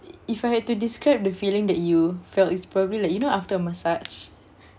if I had to describe the feeling that you felt it's probably like you know after a massage